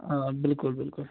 آ بِلکُل بَلکُل